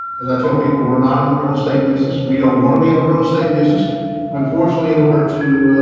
because i tell people we're not in the real estate business. we don't want to be in the real estate business, but unfortunately, in order to